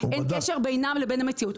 אין קשר בינם לבין המציאות.